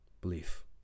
belief